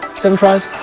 seven tries?